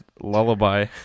lullaby